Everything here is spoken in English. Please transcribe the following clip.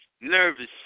nervous